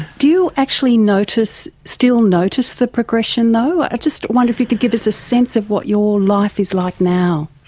do you actually still notice the progression though? i just wonder if you could give us a sense of what your life is like now.